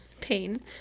Pain